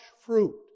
fruit